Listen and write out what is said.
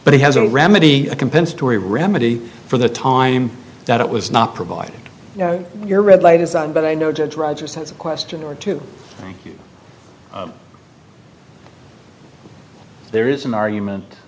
but he has a remedy a compensatory remedy for the time that it was not provided your red light is on but i know judge rogers that's a question or two there is an argument